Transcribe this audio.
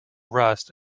rust